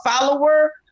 follower